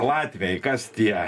latviai kas tie